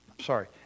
sorry